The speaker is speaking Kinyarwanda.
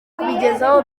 kubigezayo